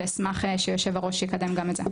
ואשמח שהיושב-ראש יקדם גם את זה.